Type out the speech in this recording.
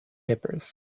peppers